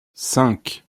cinq